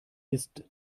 ist